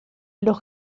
los